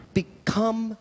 become